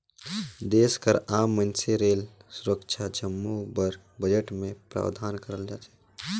देस कर आम मइनसे रेल, सुरक्छा जम्मो बर बजट में प्रावधान करल जाथे